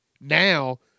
Now